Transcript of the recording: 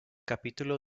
capítulo